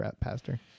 pastor